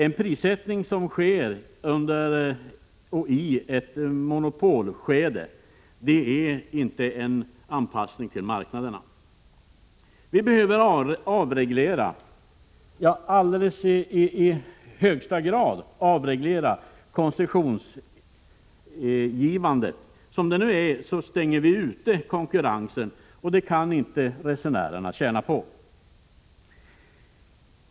En prissättning som sker i ett monopolskede är inte anpassad till marknaden. Vi behöver avreglera, säger kommunikationsministern. Ja, vi behöver i högsta grad avreglera koncessionsgivandet. Som det nu är stänger vi ute konkurrensen, och det kan resenärerna inte tjäna på.